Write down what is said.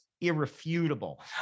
irrefutable